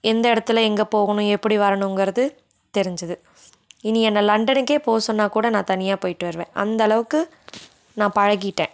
எந்த இடத்துல எங்கே போகணும் எப்படி வரணுங்கிறது தெரிஞ்சது இனி என்ன லண்டனுக்கே போக சொன்னால் கூட நான் தனியாக போயிட்டு வருவேன் அந்தளவுக்கு நான் பழகிட்டேன்